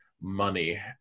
money